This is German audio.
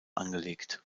angelegt